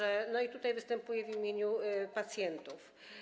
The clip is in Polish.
I tutaj występuję w imieniu pacjentów.